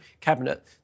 cabinet